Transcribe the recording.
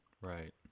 right